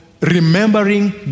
remembering